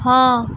ହଁ